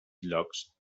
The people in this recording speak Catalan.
llocs